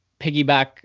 piggyback